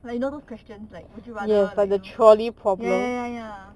like you know those questions like would you rather like you know ya ya ya ya